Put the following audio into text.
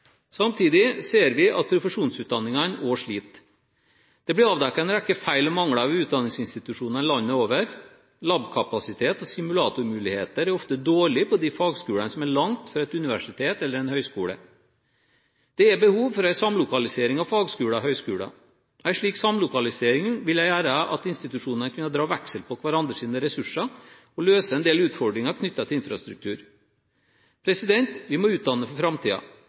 Samtidig ser vi at profesjonsutdanningene også sliter. Det ble avdekket en rekke feil og mangler ved utdanningsinstitusjoner landet over. Lab-kapasitet og simulatormulighetene er ofte dårlige på de fagskolene som er langt fra et universitet eller en høyskole. Det er behov for en samlokalisering av fagskoler og høyskoler. En slik samlokalisering vil gjøre at institusjonene kan trekke veksler på hverandres ressurser, og løse en del utfordringer knyttet til infrastruktur. Vi må utdanne for